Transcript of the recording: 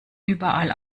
überall